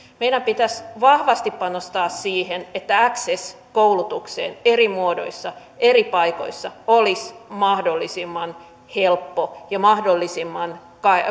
meidän pitäisi vahvasti panostaa siihen että access koulutukseen eri muodoissa eri paikoissa olisi mahdollisimman helppo ja mahdollisimman